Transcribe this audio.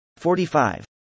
45